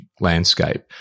landscape